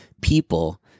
people